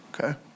okay